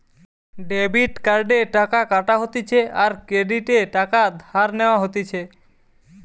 debit কার্ডে টাকা কাটা হতিছে আর ক্রেডিটে টাকা ধার নেওয়া হতিছে